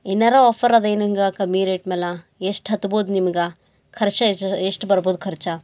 ಏನಾರೆ ಆಫರ್ ಅದ ಏನು ಹಿಂಗ ಕಮ್ಮಿ ರೇಟ್ ಮೇಲಾ ಎಷ್ಟು ಹತ್ಬೋದು ನಿಮ್ಗೆ ಖರ್ಚು ಎಷ್ಟು ಬರ್ಬೋದು ಖರ್ಚು